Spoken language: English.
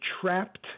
trapped